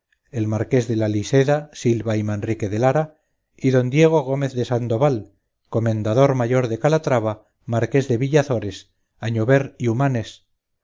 el marqués de la liseda silva y manrique de lara y diego gómez de sandoval comendador mayor de calatrava marqués de villazores añover y humanes